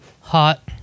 hot